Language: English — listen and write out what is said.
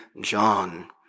John